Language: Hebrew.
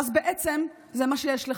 ואז בעצם זה מה שיש לך,